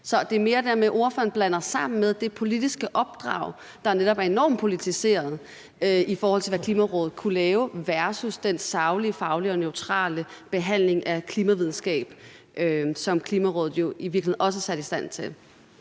Så det er mere det her med, at ordføreren blander det sammen, altså det politiske opdrag, der netop er enormt politiseret, i forhold til hvad Klimarådet kunne lave, versus den saglige, faglige og neutrale behandling af klimavidenskab, som Klimarådet jo i virkeligheden også er sat i stand til